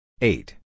Eight